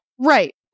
Right